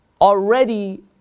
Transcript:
already